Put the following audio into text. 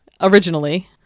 Originally